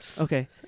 okay